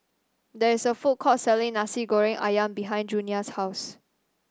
there is a food court selling Nasi Goreng ayam behind Junia's house